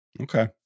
Okay